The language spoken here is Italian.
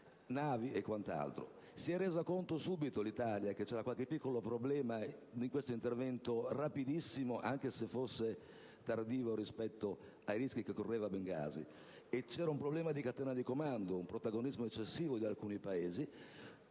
Si è resa conto subito che c'era qualche piccolo problema in questo intervento rapidissimo, anche se forse tardivo rispetto ai rischi che correva Bengasi. C'era un problema di catena di comando, con un protagonismo eccessivo da parte di alcuni Paesi